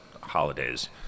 holidays